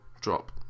drop